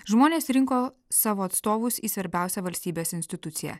žmonės rinko savo atstovus į svarbiausią valstybės instituciją